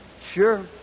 Sure